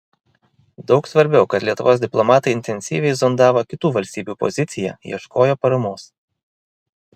daug svarbiau kad lietuvos diplomatai intensyviai zondavo kitų valstybių poziciją ieškojo paramos